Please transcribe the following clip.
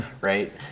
right